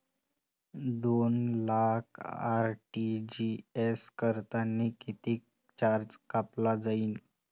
दोन लाख आर.टी.जी.एस करतांनी कितीक चार्ज कापला जाईन?